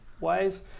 ways